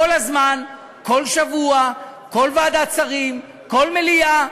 כל הזמן, כל שבוע, כל ועדת שרים, כל מליאה,